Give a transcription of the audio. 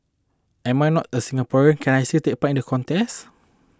I am not a Singaporean can I still take part in the contest